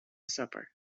supper